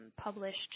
published